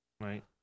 right